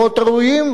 שיחתום,